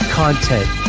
content